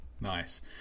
Nice